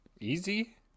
Easy